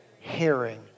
hearing